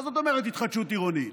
מה זאת אומרת התחדשות עירונית?